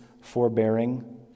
forbearing